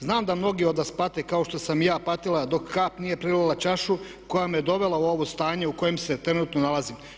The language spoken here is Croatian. Znam da mnogi od nas pate kao što sam i ja patila dok kap nije prelila čašu koja me dovela u ovo stanje u kojem se trenutno nalazim.